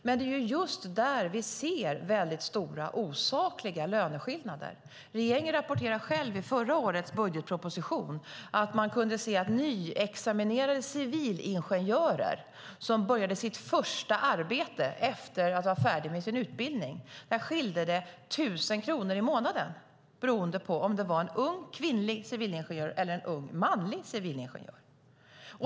Men det är just där vi ser väldigt stora osakliga löneskillnader. Regeringen rapporterade själv i förra årets budgetproposition att man kunde se att det för nyexaminerade civilingenjörer som började sitt första arbete efter att ha blivit färdiga med sin utbildning skilde 1 000 kronor i månaden beroende på om det var en ung kvinnlig civilingenjör eller en ung manlig civilingenjör.